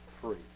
free